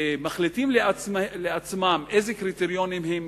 מחליטים לעצמם אילו קריטריונים הם ינהיגו.